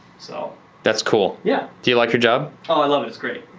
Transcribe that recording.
so that's cool. yeah do you like your job? oh, i love it, it's great.